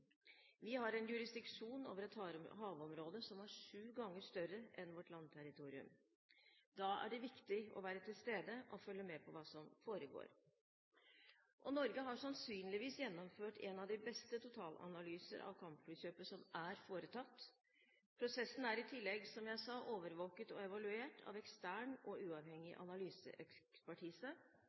territorium. Vi har jurisdiksjon over et havområde som er sju ganger større enn vårt landterritorium. Da er det viktig å være til stede og følge med på hva som foregår. Norge har sannsynligvis gjennomført en av de beste totalanalyser av kampflykjøpet som er foretatt. Prosessen er i tillegg, som jeg sa, overvåket og evaluert av ekstern og uavhengig analyseekspertise.